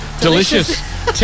delicious